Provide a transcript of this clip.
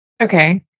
Okay